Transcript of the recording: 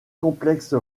complexe